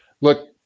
look